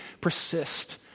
persist